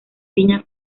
piña